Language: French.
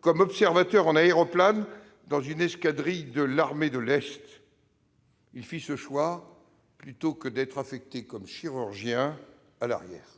comme observateur en aéroplane dans une escadrille de l'armée de l'Est, plutôt que comme chirurgien à l'arrière.